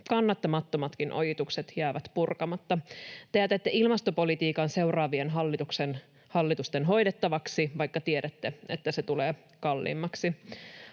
kannattamattomatkin ojitukset jäävät purkamatta. Te jätätte ilmastopolitiikan seuraavien hallitusten hoidettavaksi, vaikka tiedätte, että se tulee kalliimmaksi.